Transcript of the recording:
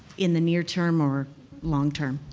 in the near term or longterm?